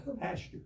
pasture